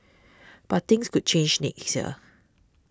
but things could change next year